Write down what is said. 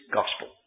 gospel